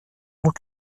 donc